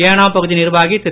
ஏனாம் பகுதி நிர்வாகி திரு